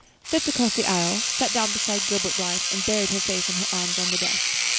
stepped across the aisle, sat down beside gilbert blythe, and buried her face in her arms on the desk.